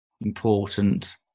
important